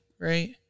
right